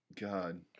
God